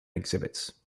exhibits